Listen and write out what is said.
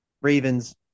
Ravens